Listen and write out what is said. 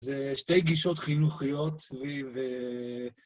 זה שתי גישות חינוכיות סביב...